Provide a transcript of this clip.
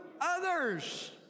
Others